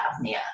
apnea